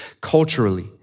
culturally